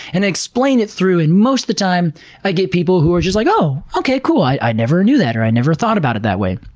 and i explain it through, and most of the time i get people who are just like, oh, okay, cool, i i never knew that, or i never thought about it that way.